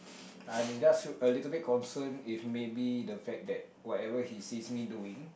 I'm just a little bit concerned if maybe the fact that whatever he sees me doing